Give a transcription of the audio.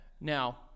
Now